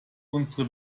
unsere